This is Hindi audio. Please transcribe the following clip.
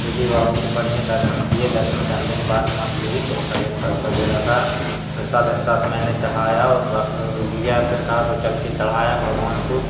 शिरडी बाबा को बढ़िया दर्शन किए दर्शन करने के बाद में वहाँ जो भी प्रसाद व्रसाद वग़ैरह था तो प्रसाद व्रसाद मैंने चढ़ाया और रख लिया प्रसाद और चलकर चढ़ाया भगवान को